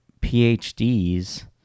PhDs